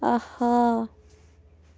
آہا